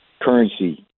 currency